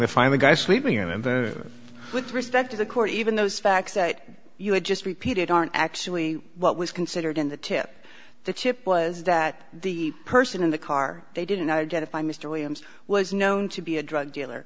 the guy sleeping in and then with respect to the court even those facts that you had just repeated aren't actually what was considered in the tip the chip was that the person in the car they didn't identify mr williams was known to be a drug dealer